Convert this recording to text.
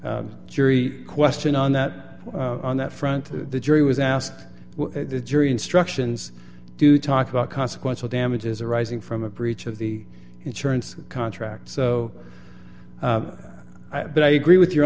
jury question on that on that front the jury was asked the jury instructions do talk about consequential damages arising from a breach of the insurance contract so i but i agree with your